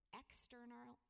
external